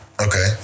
Okay